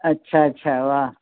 अच्छा अच्छा वाह